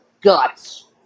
guts